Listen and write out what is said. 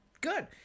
good